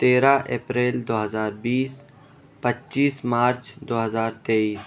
تیرہ اپریل دو ہزار بیس پچیس مارچ دو ہزار تیئیس